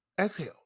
exhale